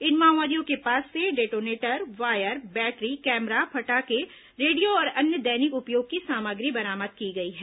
इन माओवादियों के पास से डेटोनेटर वायर बैटरी कैमरा पटाखे रेडियो और अन्य दैनिक उपयोग की सामग्री बरामद की गई है